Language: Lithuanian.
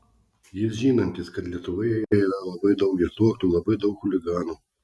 jis žinantis kad lietuvoje yra labai daug girtuoklių labai daug chuliganų